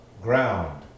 Ground